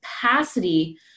capacity